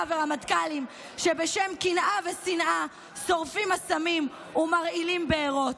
ורמטכ"לים שבשם קנאה ושנאה שורפים אסמים ומרעילים בארות?